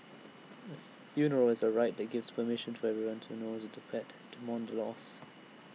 A funeral is A ritual that gives permission for everyone to knows the pet to mourn the loss